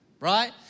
right